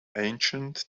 ancient